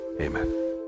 Amen